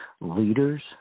leaders